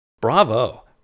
Bravo